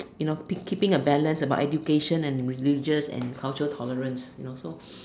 you know been keeping a balance about education and religious and cultural tolerance you know so